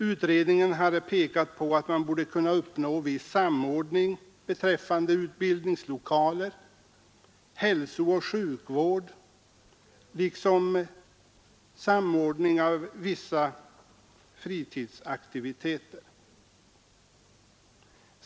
Utredningen hade pekat på att man borde kunna uppnå viss samordning beträffande utbildningslokaler, hälsooch sjukvård liksom samordning av vissa fritidsaktiviteter.